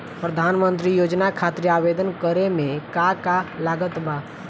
प्रधानमंत्री योजना खातिर आवेदन करे मे का का लागत बा?